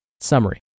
Summary